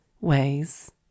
ways